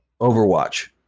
Overwatch